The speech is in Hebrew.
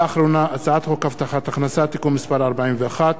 ואחרונה: הצעת חוק הבטחת הכנסה (תיקון מס' 41)